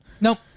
Nope